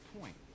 point